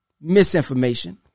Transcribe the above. misinformation